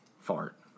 Fart